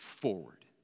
forward